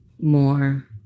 more